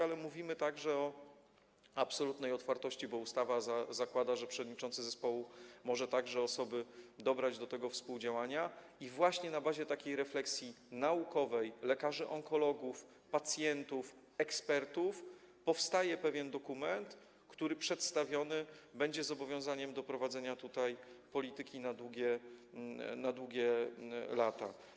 Ale mówimy także o absolutnej otwartości, bo ustawa zakłada, że przewodniczący zespołu może także dobrać osoby do tego współdziałania i właśnie na bazie refleksji naukowej lekarzy onkologów, pacjentów i ekspertów powstaje pewien dokument, który - przedstawiony - będzie zobowiązaniem do prowadzenia polityki na długie lata.